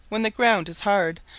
when the ground is hard,